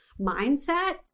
mindset